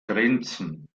grenzen